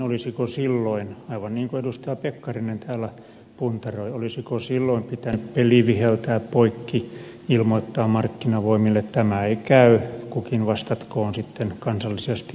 olisiko silloin aivan niin kuin edustaja pekkarinen täällä puntaroi pitänyt peli viheltää poikki ilmoittaa markkinavoimille että tämä ei käy kukin vastatkoon sitten kansallisesti pankkiensa tilasta